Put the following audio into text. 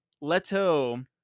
Leto